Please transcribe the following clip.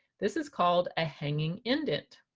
this is called a hanging indent.